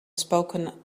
spoken